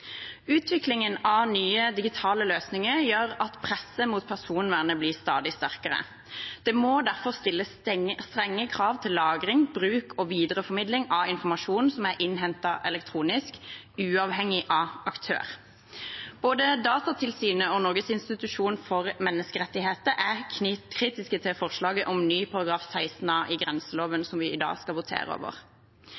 Utviklingen av nye digitale løsninger gjør at presset mot personvernet blir stadig sterkere. Det må derfor stilles strenge krav til lagring, bruk og videreformidling av informasjon som er innhentet elektronisk, uavhengig av aktør. Både Datatilsynet og Norges institusjon for menneskerettigheter er kritiske til forslaget om ny § 16 a i grenseloven,